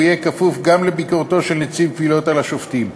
והוא יהיה כפוף גם לביקורתו של נציב קבילות על שופטים.